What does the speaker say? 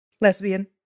Lesbian